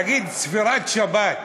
תגיד, צפירת שבת,